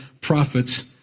prophets